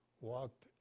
walked